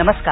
नमस्कार